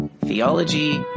theology